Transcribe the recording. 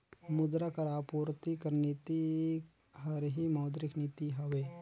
मुद्रा कर आपूरति कर नीति हर ही मौद्रिक नीति हवे